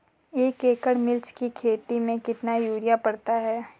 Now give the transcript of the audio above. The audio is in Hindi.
एक एकड़ मिर्च की खेती में कितना यूरिया पड़ता है?